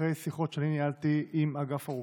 אחרי שיחות שאני ניהלתי עם אגף הרוקחות,